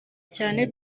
cyane